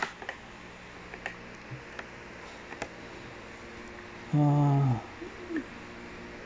ha